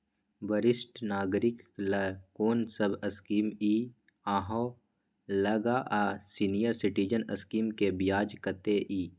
वरिष्ठ नागरिक ल कोन सब स्कीम इ आहाँ लग आ सीनियर सिटीजन स्कीम के ब्याज कत्ते इ?